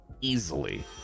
Easily